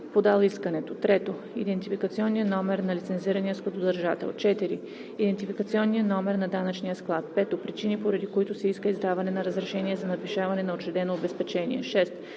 подал искането; 3. идентификационния номер на лицензирания складодържател; 4. идентификационния номер на данъчния склад; 5. причини, поради които се иска издаване на разрешение за надвишаване на учредено обезпечение; 6.